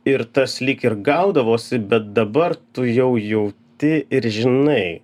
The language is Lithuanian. ir tas lyg ir gaudavosi bet dabar tu jau jauti ir žinai